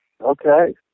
Okay